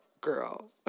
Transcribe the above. girl